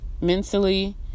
mentally